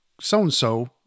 so-and-so